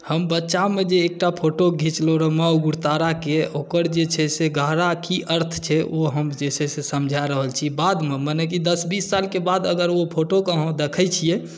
हम बच्चामे जे एकटा फोटो घिचलहुँ रहए माँ उग्रताराके ओकर जे छै से गहरा की अर्थ छै ओ हम जे छै से समझा रहल छी बादमे मने कि दस बीस सालके बाद अगर ओ फोटोकेँ अहाँ देखैत छियै